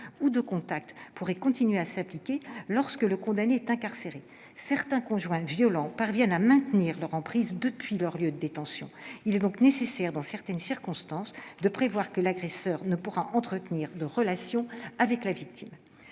ou de contact pourraient continuer à s'appliquer lorsque le condamné est incarcéré. Certains conjoints violents parviennent à maintenir leur emprise depuis leur lieu de détention. Il est donc nécessaire de prévoir dans certaines circonstances que l'agresseur ne pourra pas entretenir de relation avec la victime.